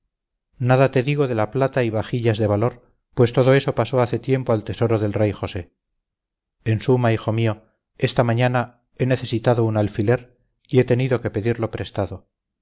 nada te digo de la plata y vajillas de valor pues todo eso pasó hace tiempo al tesoro del rey josé en suma hijo mío esta mañana he necesitado un alfiler y he tenido que pedirlo prestado